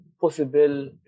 possible